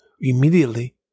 immediately